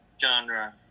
genre